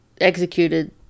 executed